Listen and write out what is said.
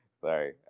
Sorry